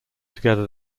together